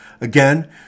again